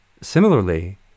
Similarly